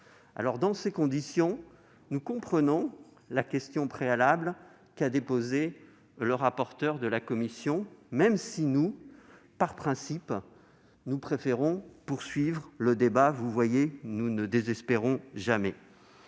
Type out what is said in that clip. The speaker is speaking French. altérez. Dans ces conditions, nous comprenons la question préalable qu'a déposée le rapporteur général de la commission, même si nous, par principe, nous préférons poursuivre le débat. Vous le voyez, nous ne désespérons jamais.